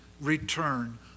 return